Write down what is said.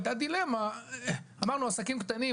הייתה פה דילמה ואמרנו "עסקים קטנים,